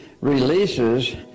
releases